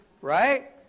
right